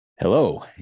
Hello